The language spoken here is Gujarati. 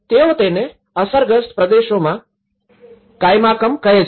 તેઓ તેને અસરગ્રસ્ત પ્રદેશોમાં કાયમાંકમ્ કહે છે